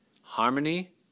Harmony